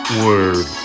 word